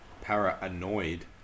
Paranoid